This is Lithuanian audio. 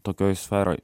tokioj sferoj